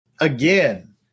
Again